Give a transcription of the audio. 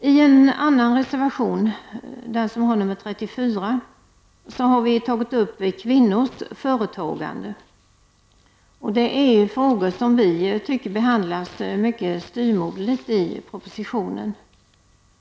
I en annan reservation — den som har nr 34 — har vi tagit upp kvinnors företagande. Det är frågor som behandlas styvmoderligt i propositionen, tycker vi.